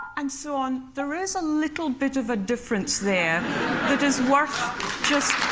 and so on. there is a little bit of a difference there that is worth just